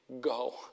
go